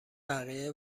بقیه